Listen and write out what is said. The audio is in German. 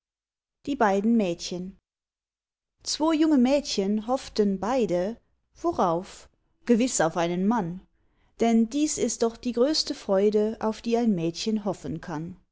die beiden mädchen zwo junge mädchen hofften beide worauf gewiß auf einen mann denn dies ist doch die größte freude auf die ein mädchen hoffen kann